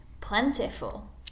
plentiful